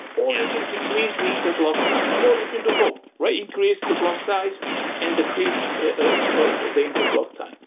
or you can decrease the interblock time, or you can do both, right? increase the block size and decrease ah the the interblock time.